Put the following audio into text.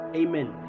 amen